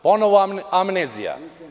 Ponovo amnezija.